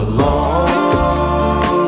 Alone